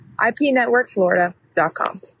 ipnetworkflorida.com